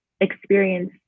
experience